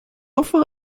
enfin